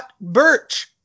Birch